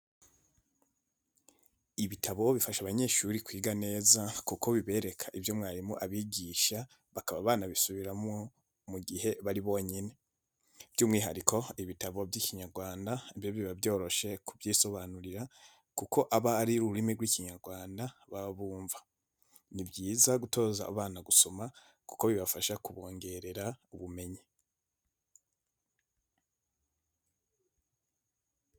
Ibitabo bifasha abanyeshuri kwiga neza kuko bibereka ibyo mwarimu abigisha bakaba banabisubiramo mu gihe bari bonyine, by'umwihariko ibitabo by'Ikinyarwanda byo biba byoroshye kubyisobanurira kuko aba ari ururimi rw'Ikinyarwanda baba bumva, ni byiza gutoza abana gusoma kuko bibafasha kubongerera ubumenyi.